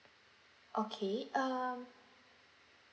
okay um